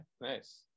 nice